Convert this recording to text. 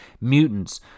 mutants